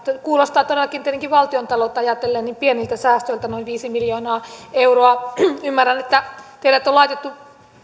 kuulostaa todellakin tietenkin valtiontaloutta ajatellen pieniltä säästöiltä noin viisi miljoonaa euroa ymmärrän että teidät on laitettu